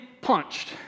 punched